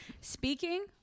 Speaking